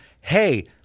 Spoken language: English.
hey